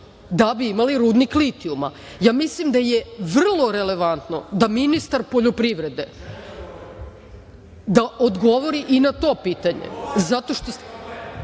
da bi imali rudnik litijuma. Ja mislim da je vrlo relevantno da ministar poljoprivrede odgovori i na to pitanje. Ja vas